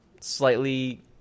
slightly